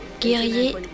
guerrier